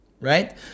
right